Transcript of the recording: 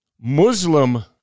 Muslim